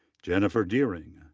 jennifer deering,